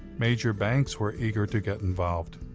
major banks were eager to get involved.